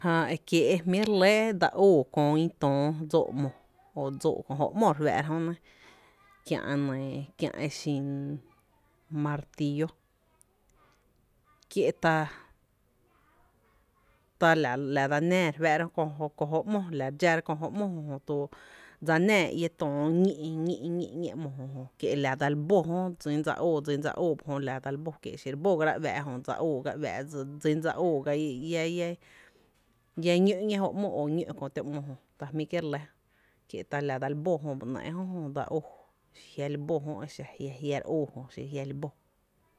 Jää e jmí’ re lɇ e da óó köö ñí töö dsoo’’ ‘mo o dsóó’ kö jo ‘mo re fⱥ’ra jö nɇ kiä’ e nɇɇ e xin martíí kie’ ta la dsa naá kö jö ‘mo la re dxara kö jó ‘mo jö dse náa ñí töó ñí’ ñí’ ‘mo jö dseli bó jö dsin dsa óó dsín dsa óó la dsal bó, kie’ xire re bógara uⱥⱥ’ jö dsa óó ga uⱥⱥ’ dsin dse óó ga iá iá ñó’ ‘ñéé jó ‘mo o ño’ kö to ‘mo jö, kie’ ta la dal bó jö ba jö da óó, xiro jia’ re bó jö jia’ da óó.